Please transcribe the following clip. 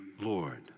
Lord